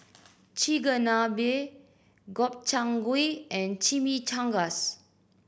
Chigenabe Gobchang Gui and Chimichangas